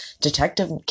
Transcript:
Detective